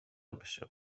بشو